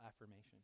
affirmation